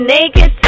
Naked